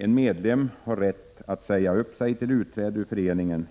”En medlem har rätt att säga upp sig till utträde ur föreningen.